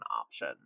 option